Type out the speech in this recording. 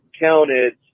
counted